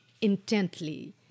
intently